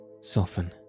soften